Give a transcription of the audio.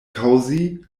kaŭzi